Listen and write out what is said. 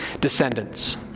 descendants